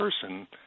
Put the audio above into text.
person